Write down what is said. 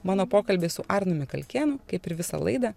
mano pokalbį su arnu mikalkėnu kaip ir visą laidą